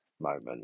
moment